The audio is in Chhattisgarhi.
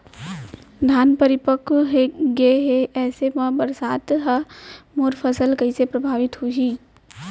धान परिपक्व गेहे ऐसे म बरसात ह मोर फसल कइसे प्रभावित होही?